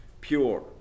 pure